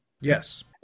Yes